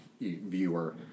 viewer